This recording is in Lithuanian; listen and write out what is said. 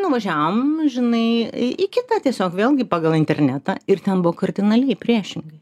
nuvažiavom žinai į kitą tiesiog vėlgi pagal internetą ir ten buvo kardinaliai priešingai